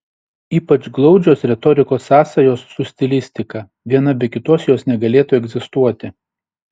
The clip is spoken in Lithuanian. ypač glaudžios retorikos sąsajos su stilistika viena be kitos jos negalėtų egzistuoti